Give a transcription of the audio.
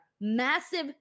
massive